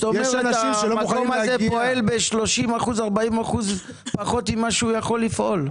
המקום הזה פועל ב-30%, 40% פחות ממה שיכול לפעול.